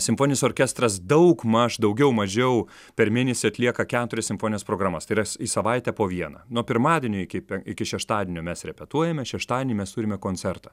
simfoninis orkestras daugmaž daugiau mažiau per mėnesį atlieka keturias simfonines programas tai yra į savaitę po vieną nuo pirmadienio iki iki šeštadienio mes repetuojame šeštadienį mes turime koncertą